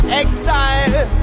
exile